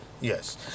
Yes